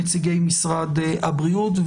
נציגי משרד הבריאות.